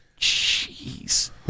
Jeez